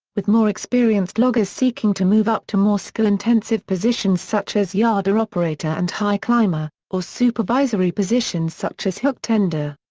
with more experienced loggers seeking to move up to more skill-intensive positions such as yarder operator and high climber, or supervisory positions such as hook tender.